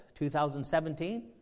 2017